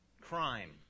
crime